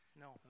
No